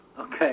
okay